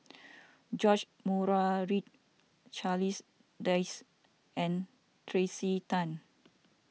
George Murray Reith Charles Dyce and Tracey Tan